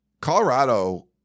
Colorado